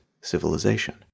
civilization